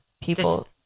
people